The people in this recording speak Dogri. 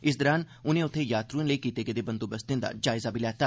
इस दौरान उनें उत्थे यात्रुएं लेई कीते गेदे बंदोबस्तें दा जायजा लैता